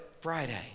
Friday